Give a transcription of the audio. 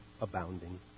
abounding